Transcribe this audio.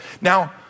Now